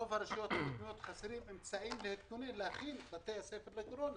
ברוב הרשויות המקומיות חסרים אמצעים להכין את בתי הספר לתקופת הקורונה